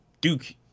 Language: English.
Duke